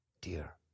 Dear